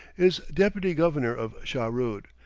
is deputy governor of shahrood,